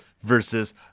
versus